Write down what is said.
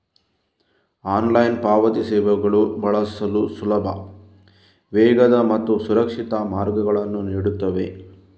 online ಪಾವತಿ ಸೇವೆಗಳು ಬಳಸಲು ಸುಲಭ, ವೇಗದ ಮತ್ತು ಸುರಕ್ಷಿತ ಮಾರ್ಗಗಳನ್ನು ನೀಡುತ್ತವೆ